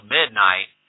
midnight